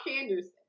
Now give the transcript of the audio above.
Anderson